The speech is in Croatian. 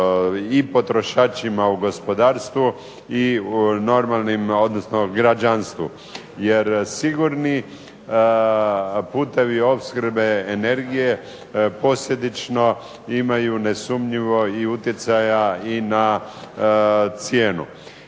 i potrošačima u gospodarstvu i u normalnim, odnosno građanstvu. Jer sigurni putevi opskrbe energije posljedično imaju nesumnjivo i utjecaja i na cijenu.